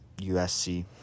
USC